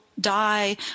die